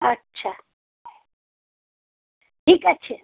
আচ্ছা ঠিক আছে